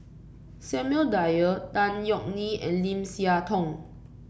Samuel Dyer Tan Yeok Nee and Lim Siah Tong